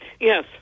Yes